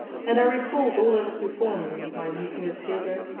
and i recalled all that had befallen me, my meeting the tailor,